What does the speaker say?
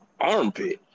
Armpit